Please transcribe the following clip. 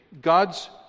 God's